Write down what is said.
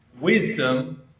wisdom